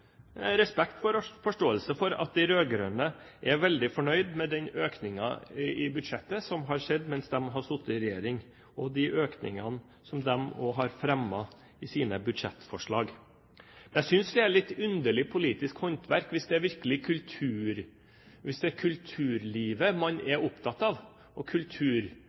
forståelse for at de rød-grønne er veldig fornøyd med den økningen i budsjettet som har skjedd mens de har sittet i regjering, og de økningene som de også har fremmet i sine budsjettforslag, men jeg synes det er litt underlig politisk håndverk. Hvis det er kulturlivet og kultursatsing man er opptatt av, ville det vært naturlig å bygge bro og